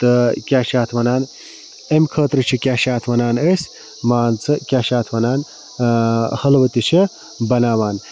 تہٕ کیاہ چھِ اتھ وَنان امہِ خٲطرٕ چھِ کیاہ چھِ اتھ وَنان أسی مان ژٕ کیاہ چھِ اتھ وَنان حٔلوٕ تہِ چھِ بَناوان